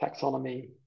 taxonomy